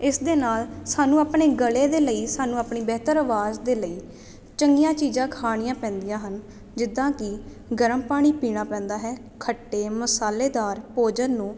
ਇਸ ਦੇ ਨਾਲ ਸਾਨੂੰ ਆਪਣੇ ਗਲੇ ਦੇ ਲਈ ਸਾਨੂੰ ਆਪਣੀ ਬਿਹਤਰ ਆਵਾਜ਼ ਦੇ ਲਈ ਚੰਗੀਆਂ ਚੀਜ਼ਾਂ ਖਾਣੀਆਂ ਪੈਂਦੀਆਂ ਹਨ ਜਿੱਦਾਂ ਕਿ ਗਰਮ ਪਾਣੀ ਪੀਣਾ ਪੈਂਦਾ ਹੈ ਖੱਟੇ ਮਸਾਲੇਦਾਰ ਭੋਜਨ ਨੂੰ